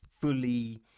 fully